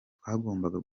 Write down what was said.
twagombaga